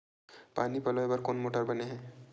पानी पलोय बर कोन मोटर बने हे?